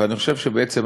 ואני חושב שבעצם,